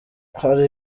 hari